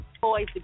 boys